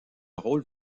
rôle